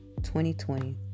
2020